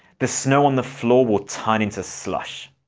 the snow on the floor will turn into slush.